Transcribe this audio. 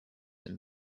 and